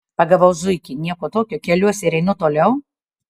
pagavau zuikį nieko tokio keliuosi ir einu toliau